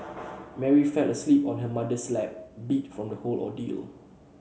Mary fell asleep on her mother's lap beat from the whole ordeal